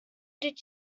did